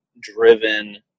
driven